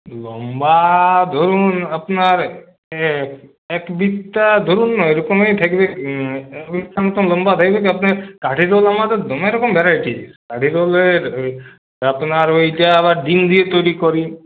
লম্বা ধরুন আপনার এক বিত্তা ধরুন ওইরকমই থাকবে কাঠি রোল আমাদের রকম ভ্যারাটিস কাঠি রোলের আপনার ওইটা আবার ডিম দিয়ে তৈরি করি